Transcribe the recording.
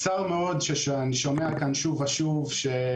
צר לי מאוד שאני שומע כאן שוב ושוב שלמשטרה